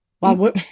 Wow